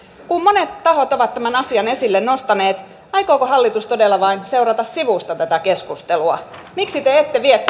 kun monet tahot ovat tämän asian esille nostaneet aikooko hallitus todella vain seurata sivusta tätä keskustelua miksi te ette vie